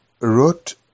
wrote